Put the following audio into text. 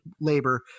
labor